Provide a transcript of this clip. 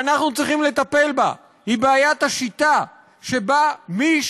שאנחנו צריכים לטפל בה היא בעיית השיטה שבה מי